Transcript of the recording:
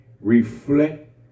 reflect